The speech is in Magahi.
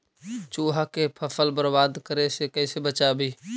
चुहा के फसल बर्बाद करे से कैसे बचाबी?